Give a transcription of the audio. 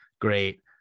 great